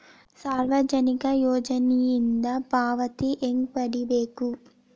ಸಾಮಾಜಿಕ ಯೋಜನಿಯಿಂದ ಪಾವತಿ ಹೆಂಗ್ ಪಡಿಬೇಕು?